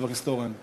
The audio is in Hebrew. חבר הכנסת אורן?